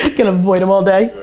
gonna avoid him all day.